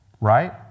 Right